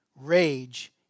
rage